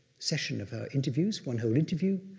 session of her interviews, one whole interview,